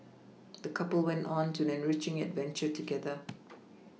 the couple went on to enriching adventure together